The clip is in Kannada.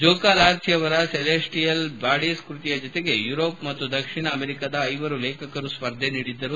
ಜೋಖಾ ಅಲ್ವಾರ್ಥಿ ಅವರ ಸೆಲ್ಸಿಯಲ್ ಬಡೀಸ್ ಕೃತಿಯ ಜತೆಗೆ ಯುರೋಪ್ ಮತ್ತು ದಕ್ಷಿಣ ಅಮೆರಿಕಾದ ಐವರು ಲೇಖಕರು ಸ್ಪರ್ಧೆ ನೀಡಿದ್ದರು